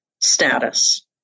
status